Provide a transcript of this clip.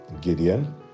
Gideon